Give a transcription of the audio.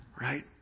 right